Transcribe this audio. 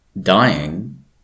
dying